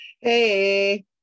hey